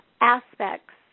aspects